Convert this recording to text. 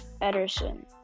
Ederson